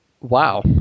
wow